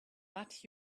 but